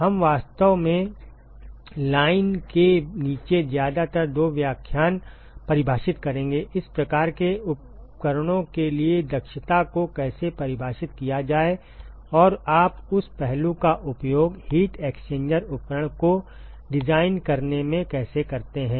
हम वास्तव में लाइन के नीचे ज्यादातर दो व्याख्यान परिभाषित करेंगे इस प्रकार के उपकरणों के लिए दक्षता को कैसे परिभाषित किया जाए और आप उस पहलू का उपयोग हीट एक्सचेंजर उपकरण को डिजाइन करने में कैसे करते हैं